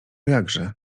jakże